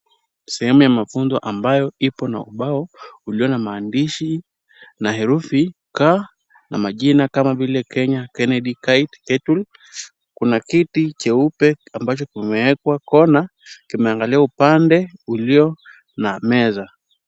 Sehemu ya mafunzo ambayo ipo na ubao ulio na maandishi na herufi k na majina kama vile; Kenya, Kennedy, kite, kettle . Kuna kiti cheupe ambacho kimwekwa kwa kona kimeangalia upande ulio na meza.